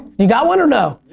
you got one or no?